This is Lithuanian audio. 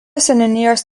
seniūnijos